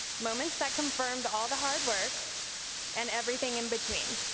moments that confirmed all the hard work and everything in-between,